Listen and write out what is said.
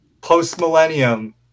Post-millennium